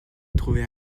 trouver